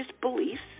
beliefs